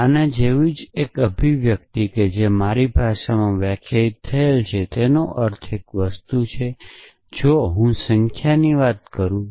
આ જેવું જ અભિવ્યક્તિ જે મારી ભાષામાં વ્યાખ્યાયિત થયેલ છે તેનો અર્થ એક વસ્તુ હશે જો હું સંખ્યાઓની વાત કરું છું